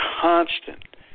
constant